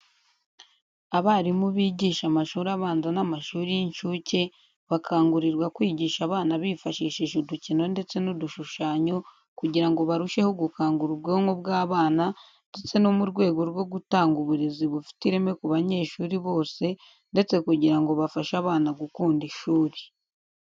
Abarimu bigisha amashuri abanza n'amashuri y'inshuke bakangurirwa kwigisha abana bifashishije udukino ndetse n'udushushanyo kugira ngo barusheho gukangura ubwonko bw'abana ndetse no mu rwego rwo gutanga uburezi bufite ireme ku banyeshuri bose ndetse kugira ngo bafashe abana gukunda ishuri.